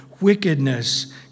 wickedness